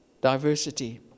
Diversity